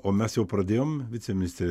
o mes jau pradėjom viceministre